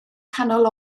canol